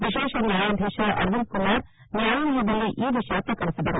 ವಿಶೇಷ ನ್ನಾಯಾಧೀಶ ಅರವಿಂದ ಕುಮಾರ್ ನ್ಯಾಯಾಲಯದಲ್ಲಿ ಈ ವಿಷಯವನ್ನು ಪ್ರಕಟಿಸಿದರು